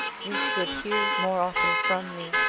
you should hear more often from me,